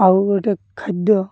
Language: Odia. ଆଉ ଗୋଟେ ଖାଦ୍ୟ